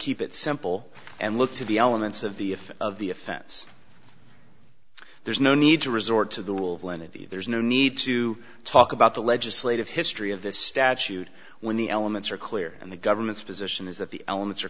keep it simple and look to the elements of the if of the offense there's no need to resort to the rule of lenity there's no need to talk about the legislative history of this statute when the elements are clear and the government's position is that the elements are